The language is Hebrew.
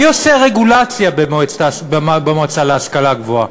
מי עושה רגולציה במועצה להשכלה גבוהה?